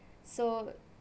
so